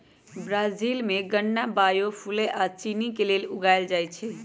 Brazil में गन्ना biofuel आ चिन्नी के लेल उगाएल जाई छई